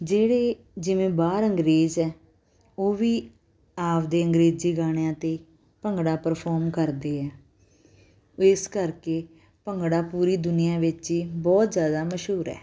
ਜਿਹੜੇ ਜਿਵੇਂ ਬਾਹਰ ਅੰਗਰੇਜ਼ ਹੈ ਉਹ ਵੀ ਆਪਦੇ ਅੰਗਰੇਜ਼ੀ ਗਾਣਿਆਂ 'ਤੇ ਭੰਗੜਾ ਪਰਫੋਰਮ ਕਰਦੇ ਹੈ ਇਸ ਕਰਕੇ ਭੰਗੜਾ ਪੂਰੀ ਦੁਨੀਆ ਵਿੱਚ ਹੀ ਬਹੁਤ ਜ਼ਿਆਦਾ ਮਸ਼ਹੂਰ ਹੈ